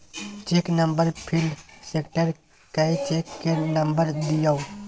cheque number field select कए check केर number दियौ